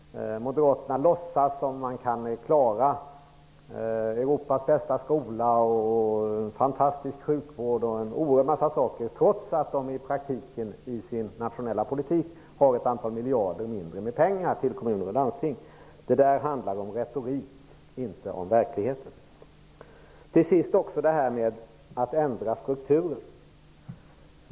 Moderaterna låtsas som om man kan klara Europas bästa skola, en fantastisk sjukvård och en oerhörd massa saker, trots att de i praktiken i sin nationella politik har ett mindre antal miljarder till kommuner och landsting. Det där handlar om retorik, inte om verkligheten. Till sist vill jag ta upp det där med att ändra strukturer.